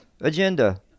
agenda